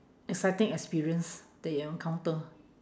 exciting experience that you encounter